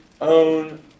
own